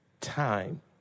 time